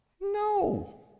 No